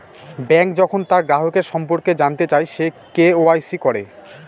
bank যখন তার গ্রাহকের সম্পর্কে জানতে চায়, সে কে.ওয়া.ইসি করে